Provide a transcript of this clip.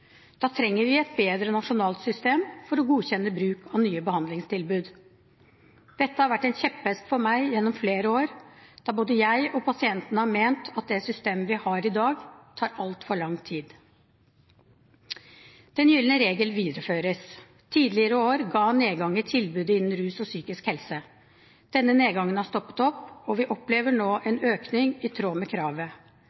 Da trenger vi et bedre nasjonalt system for å godkjenne bruk av nye behandlingstilbud. Dette har vært en kjepphest for meg gjennom flere år, da både jeg og pasientene har ment at det systemet vi har i dag, tar altfor lang tid. Den gylne regel videreføres. Tidligere år ga nedgang i tilbudet innen rus og psykisk helse. Denne nedgangen har stoppet opp, og vi opplever nå en økning i tråd med kravet.